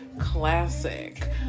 classic